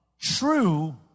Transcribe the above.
true